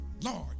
Lord